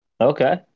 Okay